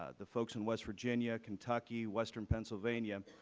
ah the folks in west virginia, kentucky, western pennsylvania,